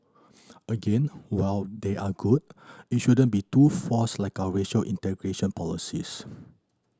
again while they are good it shouldn't be too forced like our racial integration policies